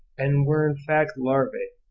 and were in fact larvae.